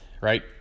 right